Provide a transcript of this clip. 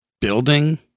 building